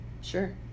Sure